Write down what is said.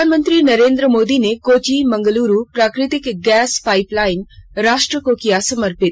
प्रधानमंत्री नरेन्द्र मोदी ने कोच्चि मंगलुरु प्राकृतिक गैस पाइपलाइन राष्ट्र को किया समर्पित